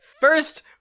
First